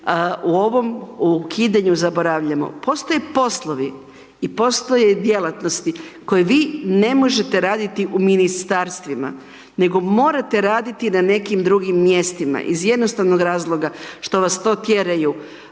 u ovom ukidanju zaboravljamo. Postoje poslovi i postoje djelatnosti koje vi ne možete raditi u ministarstvima nego morate raditi na nekim drugim mjestima iz jednostavnog razloga što vas to tjeraju